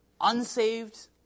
unsaved